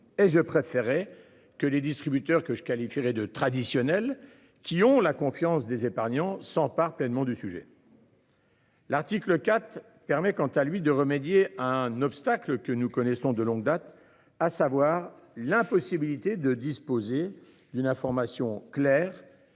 et je préférerais que les distributeurs que je qualifierais de traditionnelle qui ont la confiance des épargnants s'empare pleinement du sujet. L'article 4 permet quant à lui de remédier. Un obstacle que nous connaissons de longue date, à savoir l'impossibilité de disposer d'une information claire